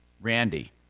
Randy